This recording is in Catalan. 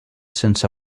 sense